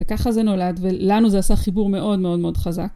וככה זה נולד, ולנו זה עשה חיבור מאוד מאוד מאוד חזק.